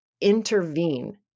intervene